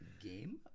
Game